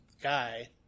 guy